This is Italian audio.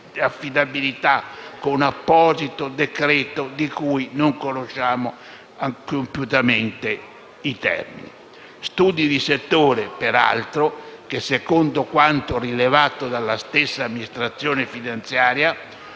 affidabilità: "apposito decreto" di cui non conosciamo compiutamente i termini. Tali studi di settore, peraltro, secondo quanto rilevato dalla stessa amministrazione finanziaria,